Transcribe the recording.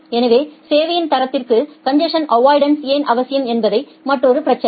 எனவே சேவையின் தரத்திற்கு கன்ஜசன் அவ்வாய்டன்ஸ் ஏன் அவசியம் என்பது மற்றொரு பிரச்சினை